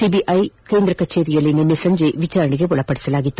CBI ಕೇಂದ್ರ ಕಚೇರಿಯಲ್ಲಿ ನಿನ್ನೆ ಸಂಜೆ ವಿಚಾರಣೆಗೆ ಒಳಪದಿಸಲಾಗಿತ್ತು